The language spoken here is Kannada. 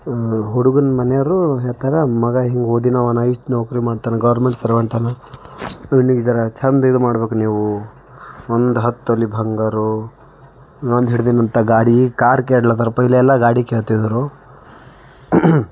ಹುಡುಗನ ಮನೆಯವ್ರು ಹೇಳ್ತಾರೆ ಮಗ ಹಿಂಗೆ ಓದಿನವನಾ ಇಷ್ಟು ನೌಕರಿ ಮಾಡ್ತಾನೆ ಗವರ್ನ್ಮೆಂಟ್ ಸರ್ವೆಂಟ್ ಆನ ಹೆಣ್ಣಿಗೆ ಝರ ಚೆಂದ ಇದು ಮಾಡ್ಬೇಕು ನೀವು ಒಂದು ಹತ್ತು ತೊಲೆ ಬಂಗಾರ ಇನ್ನೊಂದು ಹಿಡ್ದೆನಂತ ಗಾಡಿ ಕಾರ್ ಕೇಳ್ರತರಪ್ಪ ಇಲ್ಲೆಲ್ಲ ಗಾಡಿ ಕೇಳ್ತಿದ್ರು